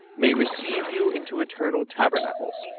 may receive you into eternal tabernacles.